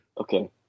Okay